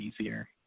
easier